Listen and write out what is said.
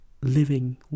living